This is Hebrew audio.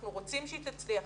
אנחנו רוצים שהיא תצליח,